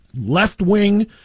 left-wing